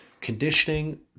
Conditioning